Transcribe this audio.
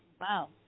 wow